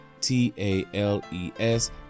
t-a-l-e-s